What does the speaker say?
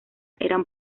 eran